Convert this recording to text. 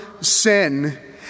sin